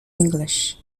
english